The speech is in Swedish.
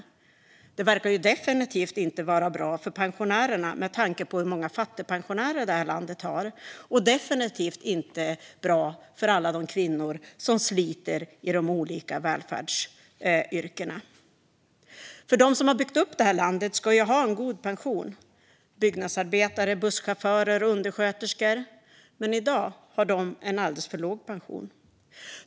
Pensionssystemet verkar definitivt inte vara bra för pensionärerna, med tanke på hur många fattigpensionärer det här landet har, eller för alla de kvinnor som sliter i de olika välfärdsyrkena. De som har byggt upp det här landet - byggnadsarbetare, busschaufförer, undersköterskor och så vidare - ska ha en god pension. I dag har de en alldeles för låg pension.